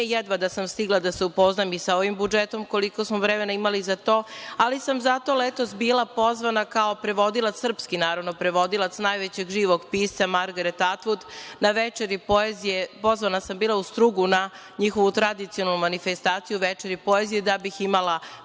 jedva da sam stigla da se upoznam i sa ovim budžetom koliko smo vremena imali za to, ali sam zato letos bila pozvana kao prevodilac srpski, naravno prevodilac, najvećeg živog pisca Margaret Atvud na „Večeri poezije“. Pozvana sam bila u Strugu na njihovu tradicionalnu manifestaciju „Večeri poezije“ da bih imala